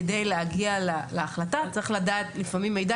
כדי להגיע להחלטה צריך לדעת לפעמים מידע